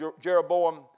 Jeroboam